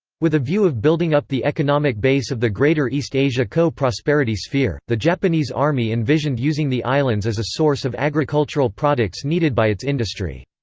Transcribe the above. with a view of building up the economic base of the greater east asia co-prosperity sphere, the japanese army envisioned using the islands as a source of agricultural products needed by its industry.